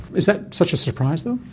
is that such a surprise though?